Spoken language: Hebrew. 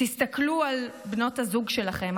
תסתכלו על בנות הזוג שלכם,